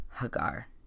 Hagar